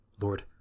Lord